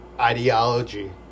ideology